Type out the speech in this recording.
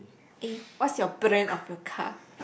eh what is your brand of your car